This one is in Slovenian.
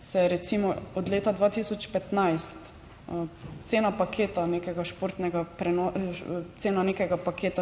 se je recimo od leta 2015 cena paketa nekega